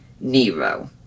Nero